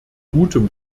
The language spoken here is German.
gutem